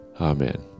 Amen